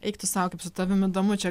eik tu sau kaip su tavim įdomu čia